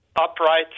Upright